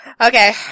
Okay